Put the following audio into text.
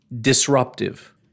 Disruptive